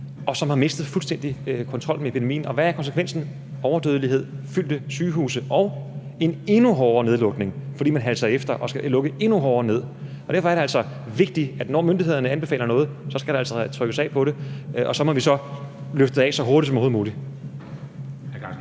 har mistet kontrollen med epidemien. Og hvad er konsekvensen? Overdødelighed, fyldte sygehuse og en endnu hårdere nedlukning, fordi man halser efter og skal lukke endnu hårdere ned. Derfor er det altså vigtigt, at der, når myndighederne anbefaler noget, altså skal reageres på det så hurtigt som overhovedet muligt. Kl. 15:51